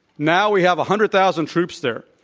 now we have a hundred thousands troops there.